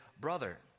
brother